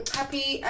happy